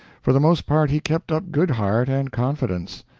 for the most part he kept up good heart and confidence.